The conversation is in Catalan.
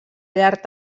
llarg